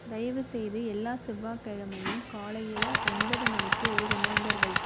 தயவுசெய்து எல்லா செவ்வாய் கிழமையும் காலையில் ஒன்பது மணிக்கு ஒரு ரிமைண்டர் வை